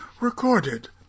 recorded